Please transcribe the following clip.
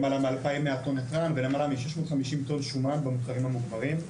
למעלה מ-2,100 טון נתרן ולמעלה מ-650 טון שומן במוצרים המוגמרים.